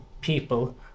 people